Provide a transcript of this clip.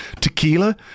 tequila